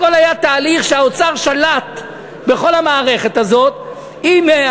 הכול היה תהליך שבו האוצר שלט בכל המערכת הזאת עם,